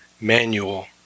manual